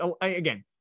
Again